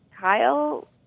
Kyle